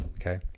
Okay